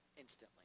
instantly